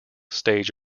stage